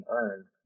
earned